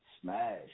smash